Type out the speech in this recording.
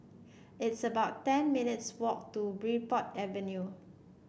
it's about ten minutes' walk to Bridport Avenue